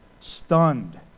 stunned